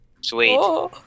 Sweet